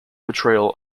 portrayal